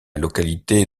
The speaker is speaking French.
localité